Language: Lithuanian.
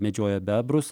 medžioja bebrus